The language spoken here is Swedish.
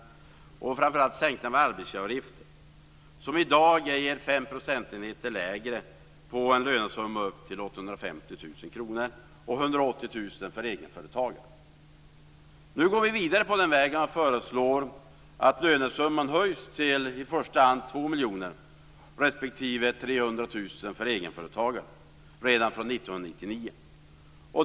Jag tänker framför allt på sänkningen av arbetsgivaravgifterna. Det ger i dag fem procentenheter lägre avgifter på en lönesumma upp till 850 000 kr, och 180 000 kr för egenföretagare. Nu går vi vidare på den vägen och föreslår att lönesumman höjs till i första hand 2 miljoner respektive 300 000 för egenföretagare redan från 1999.